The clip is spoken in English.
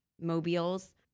mobiles